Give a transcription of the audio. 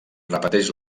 repeteix